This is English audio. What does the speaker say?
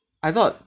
I thought